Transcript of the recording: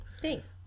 Thanks